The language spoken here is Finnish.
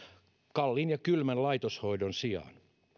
kalliin ja kylmän laitoshoidon sijaan